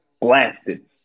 Blasted